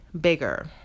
bigger